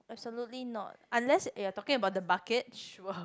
absolutely not unless you are talking about the bucket sure